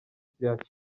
kiriya